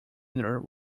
inner